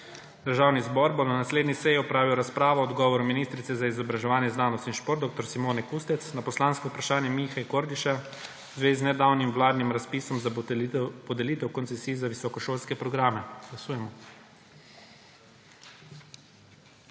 Državni zbor bo na naslednji seji opravil razpravo o odgovoru ministrice za izobraževanje, znanost in šport dr. Simone Kustec na poslansko vprašanje Mihe Kordiša v zvezi z nedavnim vladnim razpisom za podelitev koncesij za visokošolske programe. Glasujemo.